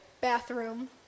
bathroom